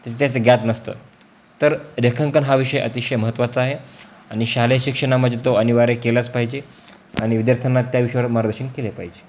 त्याचं त्याचं ज्ञात नसतं तर रेखांकन हा विषय अतिशय महत्त्वाचा आहे आणि शालेय शिक्षणामध्ये तो अनिवार्य केलाच पाहिजे आणि विद्यार्थ्यांना त्या विषयावर मार्गदर्शन केले पाहिजे